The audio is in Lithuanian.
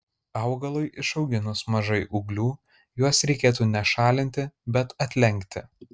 augalui išauginus mažai ūglių juos reikėtų ne šalinti bet atlenkti